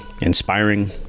inspiring